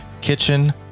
kitchen